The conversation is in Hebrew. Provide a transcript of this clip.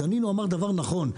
דנינו אמר דבר נכון,